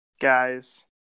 Guys